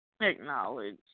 acknowledge